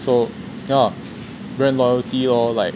so ya lah brand loyalty lor like